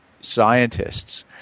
scientists